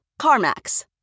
CarMax